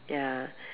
ya